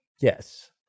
Yes